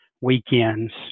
weekends